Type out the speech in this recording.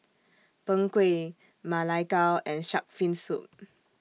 Png Kueh Ma Lai Gao and Shark's Fin Soup